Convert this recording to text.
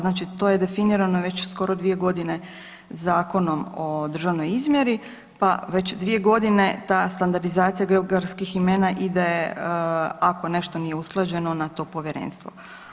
Znači to je definirano već skoro 2 godine Zakonom o državnoj izmjeri pa već 2 godine ta standardizacija geografskih imena ide, ako nešto nije usklađeno, na to povjerenstvo.